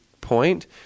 point